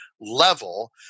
level